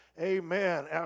Amen